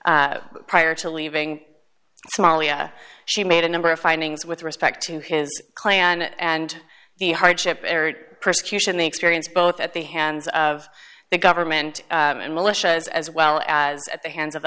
d prior to leaving somalia she made a number of findings with respect to his clan and the hardship persecution the experience both at the hands of the government and militias as well as at the hands of